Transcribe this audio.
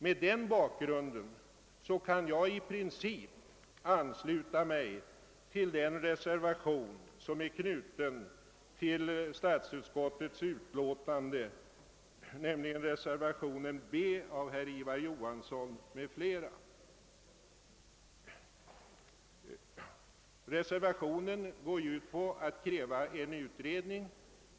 Mot den bakgrunden kan jag i princip ansluta mig till reservationen b av herr Ivar Johansson m.fl. som Reservationen går ut på att kräva en utredning om hur lokala trafikförsörjningsplaner på lämpligaste sätt skall kunna upprättas.